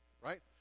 right